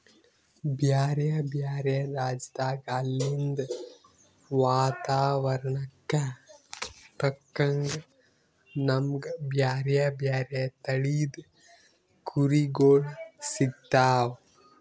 ಬ್ಯಾರೆ ಬ್ಯಾರೆ ರಾಜ್ಯದಾಗ್ ಅಲ್ಲಿಂದ್ ವಾತಾವರಣಕ್ಕ್ ತಕ್ಕಂಗ್ ನಮ್ಗ್ ಬ್ಯಾರೆ ಬ್ಯಾರೆ ತಳಿದ್ ಕುರಿಗೊಳ್ ಸಿಗ್ತಾವ್